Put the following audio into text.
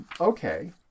okay